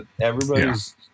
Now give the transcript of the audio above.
everybody's